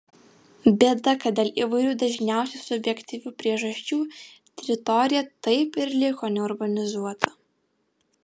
bėda kad dėl įvairių dažniausiai subjektyvių priežasčių teritorija taip ir liko neurbanizuota